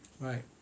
Right